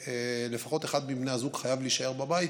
ולפחות אחד מבני הזוג חייב להישאר בבית,